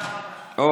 תודה רבה, אוקיי.